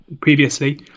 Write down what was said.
previously